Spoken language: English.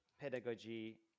pedagogy